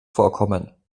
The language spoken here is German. vorkommen